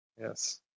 Yes